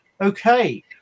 okay